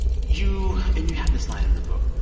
you and you had this line in your book.